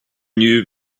knew